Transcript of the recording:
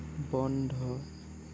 বন্ধ